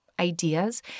ideas